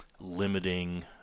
limiting